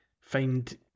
find